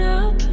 up